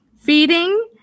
Feeding